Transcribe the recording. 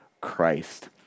Christ